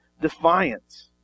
defiance